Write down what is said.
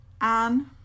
Anne